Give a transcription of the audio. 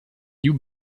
you